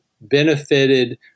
benefited